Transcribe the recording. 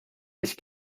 ich